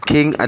King